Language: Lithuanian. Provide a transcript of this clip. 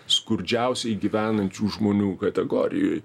skurdžiausiai gyvenančių žmonių kategorijoj